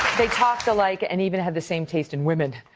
they talked alike, and even had the same taste in women.